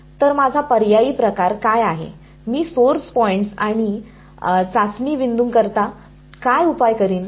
तर माझा पर्यायी प्रकार काय आहे मी सोर्स पॉइंट्स आणि चाचणी बिंदूं करिता काय उपाय करीन